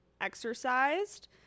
exercised